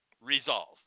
resolve